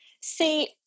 See